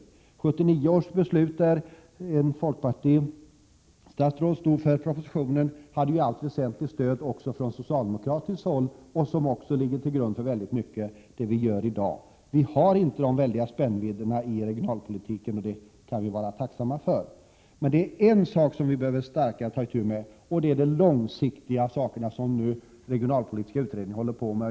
1979 års beslut, där ett folkpartistiskt statsråd stod för propositionen, hade ju i allt väsentligt stöd från socialdemokratiskt håll, och det ligger till grund för mycket av vad vi gör i dag. Vi har inte sådana väldiga spännvidder i den svenska regionalpolitiken, och det kan vi vara tacksamma för. Men en sak behöver vi starkare ta itu med, och det är de långsiktiga saker som den regionalpolitiska utredningen håller på med.